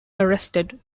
arrested